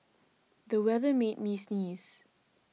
the weather made me sneeze